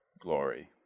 glory